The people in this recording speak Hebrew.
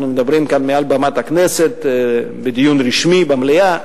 אנחנו מדברים כאן מעל במת הכנסת בדיון רשמי במליאה,